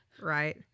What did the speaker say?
Right